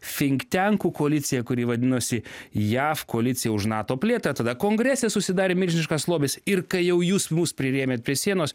fintenkų koalicija kuri vadinosi jaf koalicija už nato plėtrą tada kongrese susidarė milžiniškas lobis ir kai jau jūs mus prirėmėt prie sienos